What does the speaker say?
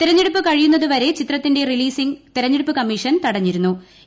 തെരഞ്ഞെടുപ്പ് കഴിയുന്നത് വരെ ചിത്രത്തിന്റെ റിലീസിംഗ് തെരഞ്ഞെടുപ്പ് കമ്മീഷൻ തടഞ്ഞിരുദ്ധു